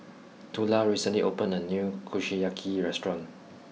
Tula recently opened a new Kushiyaki restaurant